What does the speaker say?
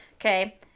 Okay